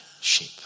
sheep